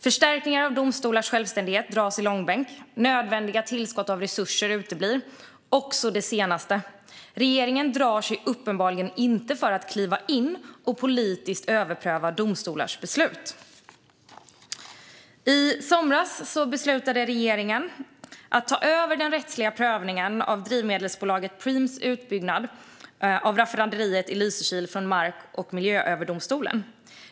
Förstärkningar av domstolars självständighet dras i långbänk. Nödvändiga tillskott av resurser uteblir. Och det senaste: Regeringen drar sig uppenbarligen inte för att kliva in och politiskt överpröva domstolars beslut. I somras beslutade regeringen att ta över den rättsliga prövningen av drivmedelsbolaget Preems utbyggnad av raffinaderiet i Lysekil från Mark och miljööverdomstolen.